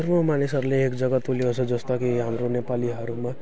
रु मानिसहरूले एक जग्गा तुल्याउँछ जस्तो कि हाम्रो नेपालीहरूमा